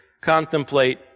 contemplate